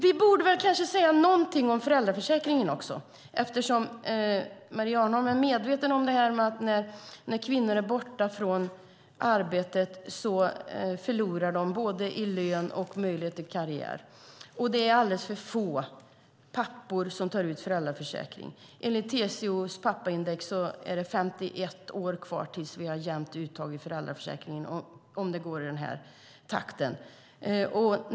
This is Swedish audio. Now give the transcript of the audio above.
Vi borde kanske också säga någonting om föräldraförsäkringen eftersom Maria Arnholm är medveten om att kvinnor förlorar både i lön och i karriärmöjligheter när de är borta. Det är alldeles för få pappor som tar ut föräldraförsäkring. Enligt TCO:s pappaindex är det 51 år kvar tills vi har ett jämnt uttag i föräldraförsäkringen om det fortsätter i den här takten.